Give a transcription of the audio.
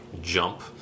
jump